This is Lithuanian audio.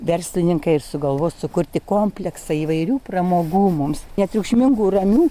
verslininkai ir sugalvos sukurti kompleksą įvairių pramogų mums netriukšmingų ramių